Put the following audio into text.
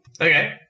Okay